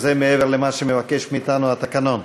זה מעבר למה שמבקש מאתנו התקנון.